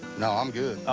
no, i'm good.